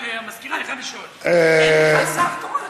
המזכירה, אני חייב לשאול, אין בכלל שר תורן.